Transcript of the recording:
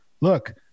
look